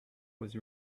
was